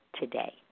today